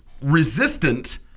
resistant